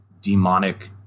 demonic